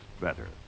better